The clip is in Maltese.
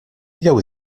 jew